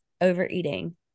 overeating